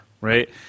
right